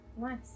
Nice